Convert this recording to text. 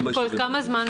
כל כמה זמן